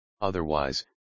otherwise